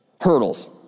hurdles